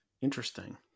interesting